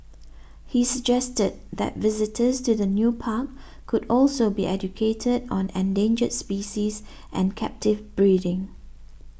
he suggested that visitors to the new park could also be educated on endangered species and captive breeding